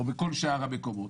ובכל שאר המקומות.